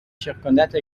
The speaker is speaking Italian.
circondato